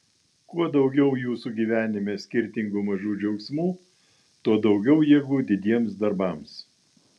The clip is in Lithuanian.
kuo daugiau jūsų gyvenime skirtingų mažų džiaugsmų tuo daugiau jėgų didiems darbams